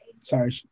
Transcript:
Sorry